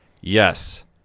Yes